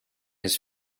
his